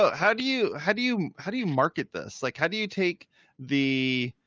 how do you, how do you, how do you market this? like how do you take the,